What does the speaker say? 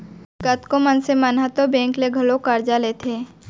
कतको मनसे मन ह तो बेंक ले घलौ करजा लेथें